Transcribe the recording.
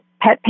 pet